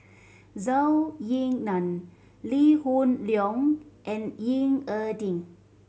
Zhou Ying Nan Lee Hoon Leong and Ying E Ding